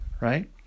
right